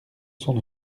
son